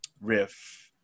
riff